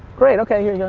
great, okay.